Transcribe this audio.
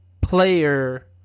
player